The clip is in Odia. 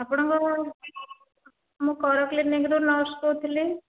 ଆପଣଙ୍କର ମୁଁ କର କ୍ଲିନିକ ରୁ ନର୍ସ କହୁଥିଲି